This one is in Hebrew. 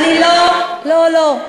לא, לא.